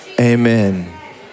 Amen